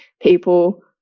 people